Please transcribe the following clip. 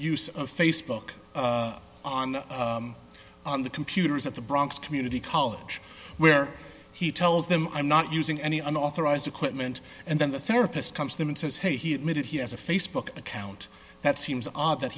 facebook on the computers at the bronx community college where he tells them i'm not using any unauthorized equipment and then the therapist comes to them and says hey he admitted he has a facebook account that seems odd that